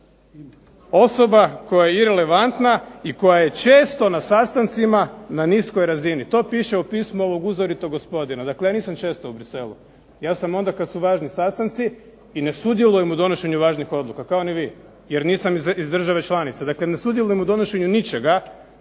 koja je irelevantna i koja je često na sastancima na niskoj razini. To piše u pismu ovog uzoritog gospodina. Dakle, ja nisam često u Bruxellesu ja sam onda kada su važni sastanci i ne sudjelujem u donošenju važnih odluka kao ni vi, jer nisam iz države članice. Dakle ne sudjelujem u donošenju ničega,